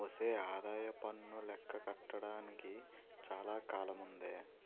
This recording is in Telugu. ఒసే ఆదాయప్పన్ను లెక్క కట్టడానికి చాలా కాలముందే